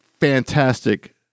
fantastic